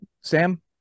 Sam